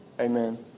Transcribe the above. Amen